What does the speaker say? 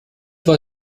war